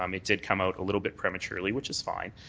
um it did come out a little bit prematurely, which is fine.